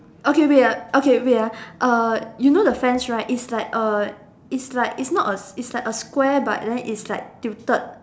okay wait ah okay wait ah uh you know the fence right it's like a it's like it's not a it's like a square but it's like titled